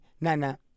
Nana